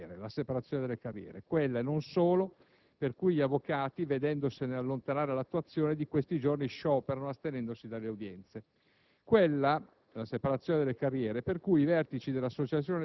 La prima riguarda la questione della separazione delle carriere, quella - e non solo - per cui gli avvocati - vedendosene allontanare l'attuazione - in questi giorni scioperano, astenendosi dalle udienze.